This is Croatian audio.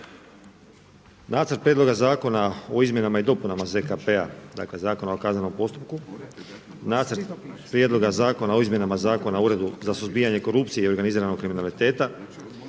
Nacrt prijedlog Zakona o izmjenama i dopunama ZKP-a, dakle Zakona o kaznenom postupku, Nacrt prijedloga zakona o izmjenama Zakona o Uredu za suzbijanje korupcije i organiziranog kriminaliteta